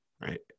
right